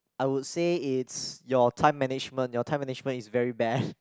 I would say it's your time management your time management is very bad